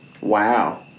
wow